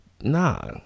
Nah